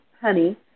honey